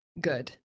good